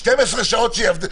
שיעבדו שם 12 שעות?